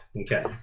Okay